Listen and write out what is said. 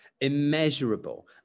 immeasurable